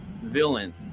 villain